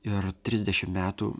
ir trisdešim metų